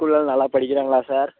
ஸ்கூலெல்லாம் நல்லா படிக்கிறாங்களா சார்